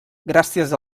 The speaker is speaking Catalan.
gràcies